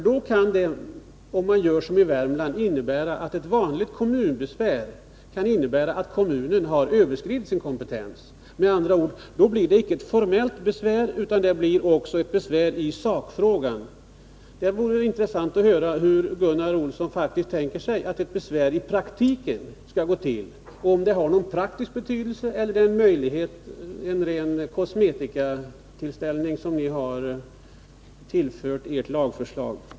Då kan, om man gör som i Värmland, ett vanligt kommunbesvär innebära att kommunen har överskridit sin kompetens. Då blir det med andra ord icke bara ett formellt besvär, utan det blir också ett besvär i sakfrågan. Det vore intressant att höra hur Gunnar Olsson tänker sig att ett besvär i praktiken skall gå till — om det har någon praktisk betydelse eller om det är ren kosmetika som ni har tillfört ert lagförslag.